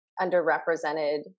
underrepresented